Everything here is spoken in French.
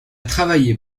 travaille